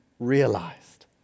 Realized